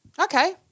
Okay